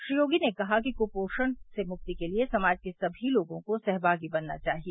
श्री योगी ने कहा कि क्पोषण से मुक्ति के लिए समाज के सभी लोगों को सहभागी बनना चाहिए